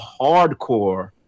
hardcore